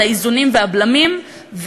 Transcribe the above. לאיזונים והבלמים.